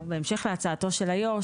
בהמשך להצעתו של היו"ר,